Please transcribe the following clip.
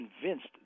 convinced